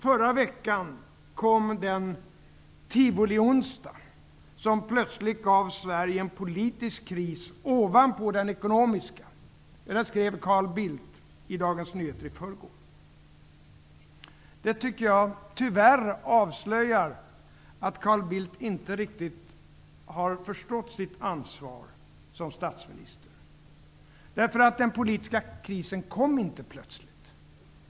Förra veckan kom den ''tivolionsdag'' som plötsligt gav Sverige en politisk kris ovanpå den ekonomiska, skrev Carl Bildt i Dagens Nyheter i förrgår. Det tycker jag tyvärr avslöjar att Carl Bildt inte riktigt har förstått sitt ansvar som statsminister. Den politiska krisen kom nämligen inte plötsligt.